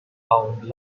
found